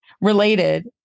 related